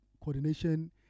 coordination